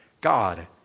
God